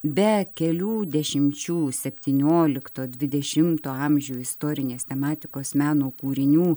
be kelių dešimčių septyniolikto dvidešimto amžių istorinės tematikos meno kūrinių